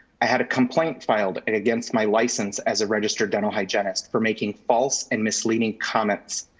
i had a complaint filed and against my license as a registered dental hygienist for making false and misleading comments.